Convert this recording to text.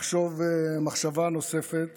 לחשוב מחשבה נוספת